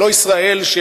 לא ישראל של,